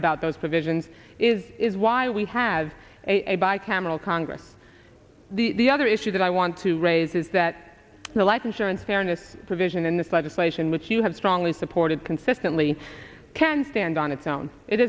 about those provisions is is why we have a bi cameral congress the other issue that i want to raise is that the life insurance fairness provision in this legislation which you have strongly supported consistently can stand on its own it